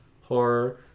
horror